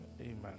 Amen